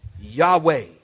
Yahweh